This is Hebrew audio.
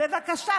בבקשה.